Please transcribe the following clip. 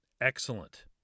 excellent